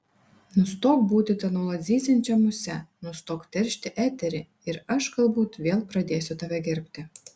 nustok būti ta nuolat zyziančia muse nustok teršti eterį ir aš galbūt vėl pradėsiu tave gerbti